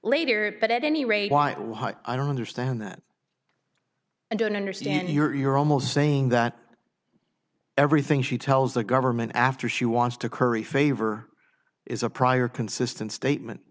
later but at any rate i don't understand that i don't understand you're almost saying that everything she tells the government after she wants to curry favor is a prior consistent statement